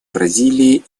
бразилии